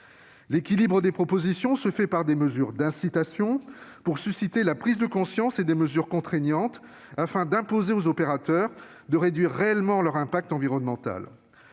L'équilibre des propositions se fait par des mesures d'incitation pour susciter la prise de conscience et des mesures contraignantes afin d'imposer aux opérateurs de réduire réellement leur impact environnemental.